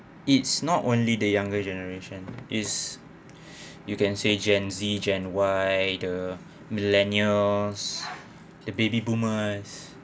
it's not only the younger generation is you can say gen z gen y the millennials the baby boomers